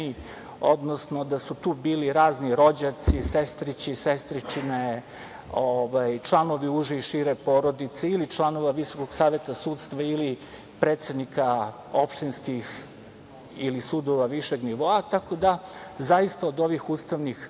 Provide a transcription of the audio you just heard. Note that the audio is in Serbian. odnosno da su tu bili razni rođaci, sestrići, sestričine, članovi uže i šire porodice ili članova Visokog saveta sudstva ili predsednika opštinskih ili sudova višeg nivoa. Tako da zaista od ovih ustavnih